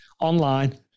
online